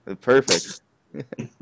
Perfect